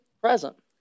present